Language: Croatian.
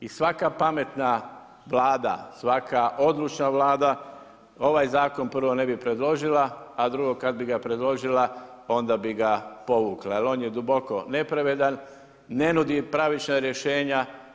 I svaka pametna Vlada, svaka odlučna Vlada ovaj zakon prvo ne bi predložila, a drugo kada bi ga predložila onda bi ga povukla jer on je duboko nepravedan, ne nudi pravična rješenja.